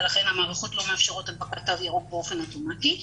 ולכן המערכות לא מאפשרות הדבקת תו ירוק באופן אוטומטי.